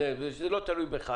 גודל שלא מחויב היתר?